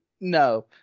no